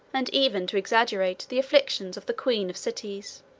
and even to exaggerate, the afflictions of the queen of cities.